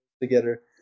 together